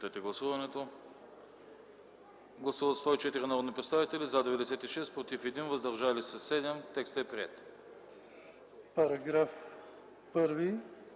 Параграф 33